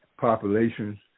populations